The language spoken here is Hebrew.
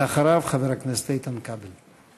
ואחריו, חבר הכנסת איתן כבל.